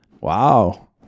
Wow